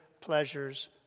pleasures